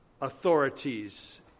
authorities